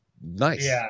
nice